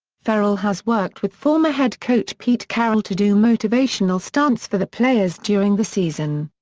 ferrell has worked with former head coach pete carroll to do motivational stunts for the players during the season.